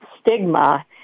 stigma